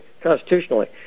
constitutionally